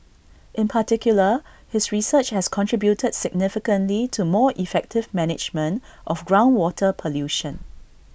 in particular his research has contributed significantly to more effective management of groundwater pollution